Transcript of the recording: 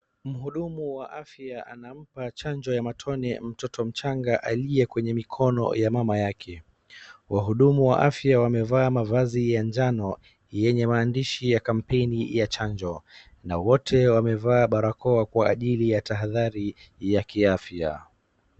Mhudumu wa afya anampa chanjo ya matone mtoto mchanga aliye kwenye mikono ya mama yake. Wahudumu wa afya wamevaa mavazi ya njano, yenye maandishi ya kampeni ya chanjo, na wote wamevaa barakoa kwa ajali ya tahadhari ya kiafya.